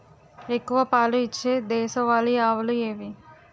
ఎక్కువ పాలు ఇచ్చే దేశవాళీ ఆవులు ఏవి?